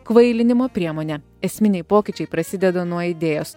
kvailinimo priemone esminiai pokyčiai prasideda nuo idėjos